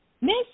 Miss